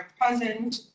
present